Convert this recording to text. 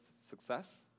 success